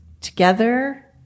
together